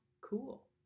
cool